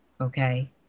Okay